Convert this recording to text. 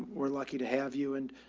we're lucky to have you and,